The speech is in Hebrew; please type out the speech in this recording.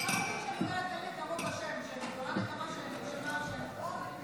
אתה תבין שכשאני אומרת "אל נקמות השם" שגדולה נקמה שניתנה בין